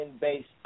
based